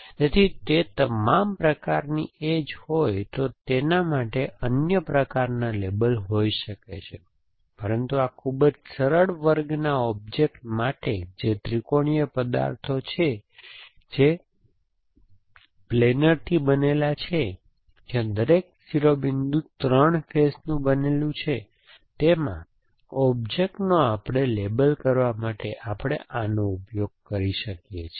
તેથી તે તમામ પ્રકારની એજ હોય તો તેના માટે અન્ય પ્રકારના લેબલ હોઈ શકે છે પરંતુ આ ખૂબ જ સરળ વર્ગના ઑબ્જેક્ટ માટે જે ત્રિકોણીય પદાર્થો છે જે પ્લેનરથી બનેલા છે જ્યાં દરેક શિરોબિંદુ 3 ફેસનું બનેલું છે તેમાં ઑબ્જેક્ટ્સનો આપણે લેબલ કરવા માટે આપણે આનો ઉપયોગ કરી શકીએ છીએ